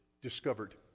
discovered